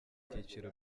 byiciro